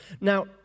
Now